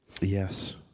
Yes